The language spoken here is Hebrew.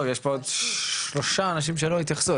יש פה עוד שלושה אנשים שלא התייחסו,